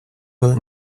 will